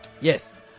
Yes